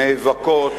נאבקות